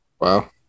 Wow